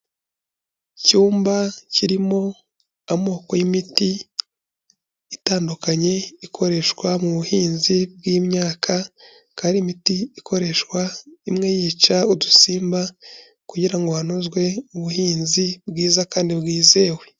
Icyumba kirimo amoko y'imiti itandukanye ikoreshwa mu buhinzi bw'imyaka, akaba ari imiti ikoreshwa imwe yica udusimba kugira ngo hanozwe ubuhinzi bwiza kandi bwizewe.